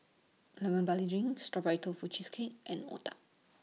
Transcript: Lemon Barley Drink Strawberry Tofu Cheesecake and Otah